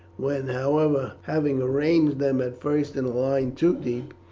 when, however, having arranged them at first in a line two deep,